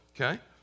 okay